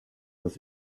das